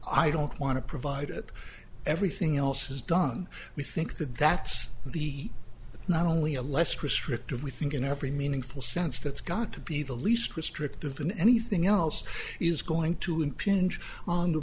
i don't want to provide it everything else is done we think that that's the not only a less restrictive we think in every meaningful sense that's got to be the least restrictive than anything else is going to impinge on the